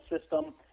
system